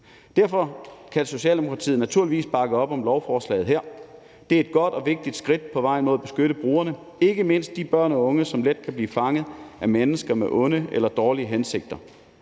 Derfor kan Socialdemokratiet naturligvis bakke op om lovforslaget her. Det er et godt og vigtigt skridt på vej mod at beskytte brugerne, ikke mindst de børn og unge, som let kan blive fanget af mennesker med onde eller dårlige hensigter.